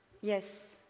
Yes